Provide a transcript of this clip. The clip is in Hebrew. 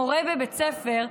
מורה בבית ספר,